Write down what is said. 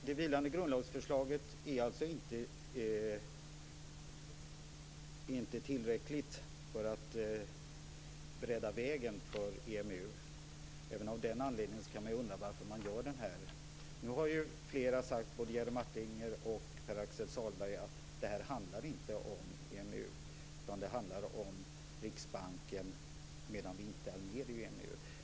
Det vilande grundlagsförslaget är alltså inte tillräckligt för att bredda vägen för EMU. Även av den anledningen kan man ju undra varför detta görs. Nu har ju både Jerry Martinger och Pär Axel Sahlberg sagt att detta inte handlar om EMU utan om Riksbanken medan vi inte är med i EMU.